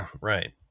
right